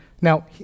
now